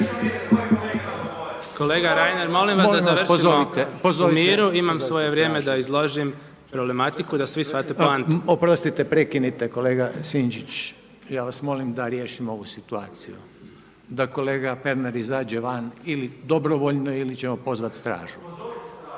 Ivan Vilibor (Živi zid)** Imam svoj vrijeme da izložim problematiku da svi shvate poantu. **Reiner, Željko (HDZ)** Oprostite prekinite kolega Sinčić, ja vas molim da riješimo ovu situaciju. Da kolega Pernar izađe van ili dobrovoljno ili ćemo pozvati stražu.